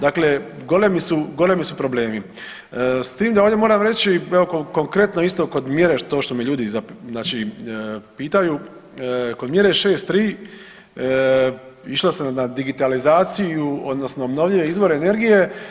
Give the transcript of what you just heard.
Dakle, golemi su problemi s tim da ovdje moram reći evo konkretno kod mjere to što me ljudi, znači pitaju kod mjere 6.3 išlo se na digitalizaciju odnosno obnovljive izvore energije.